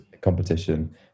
competition